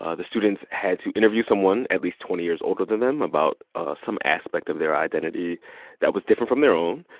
ah the students had to interview someone at least twenty years older than them about some aspect of their identity that was different from their own.